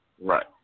Right